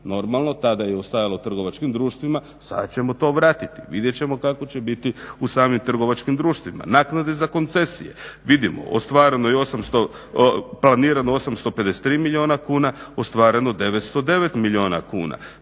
normalno tada je ostajalo trgovačkim društvima sada ćemo to vratiti. Vidjet ćemo kako će biti u samim trgovačkim društvima. Naknade za koncesije, vidimo planirano 853 milijuna kuna ostvareno 909 milijuna kuna,